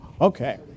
Okay